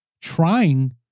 trying